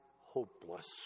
hopeless